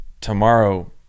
tomorrow